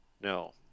No